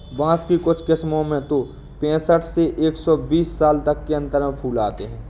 बाँस की कुछ किस्मों में तो पैंसठ से एक सौ बीस साल तक के अंतर पर फूल आते हैं